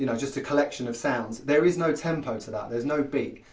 you know just a collection of sounds, there is no tempo to that, there's no beat.